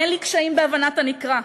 אין לי קשיים בהבנת הנקרא,